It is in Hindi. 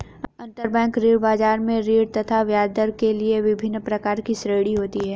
अंतरबैंक ऋण बाजार में ऋण तथा ब्याजदर के लिए विभिन्न प्रकार की श्रेणियां होती है